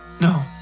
No